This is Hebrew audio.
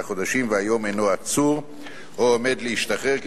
חדשים והיום אינו עצור או עומד להשתחרר,